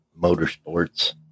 Motorsports